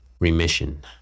remission